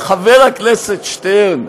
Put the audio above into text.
אבל חבר הכנסת שטרן,